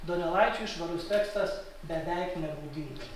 donelaičiui švarus tekstas beveik nebūdingas